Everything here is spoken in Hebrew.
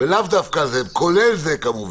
ולאו דווקא על זה, כלומר זה כולל זה כמובן.